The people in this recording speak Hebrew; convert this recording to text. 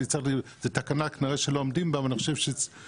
זו תקנה שכנראה לא עומדים בה אבל אנחנו סבורים